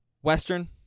Western